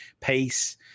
pace